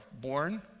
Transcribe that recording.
born